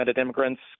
immigrants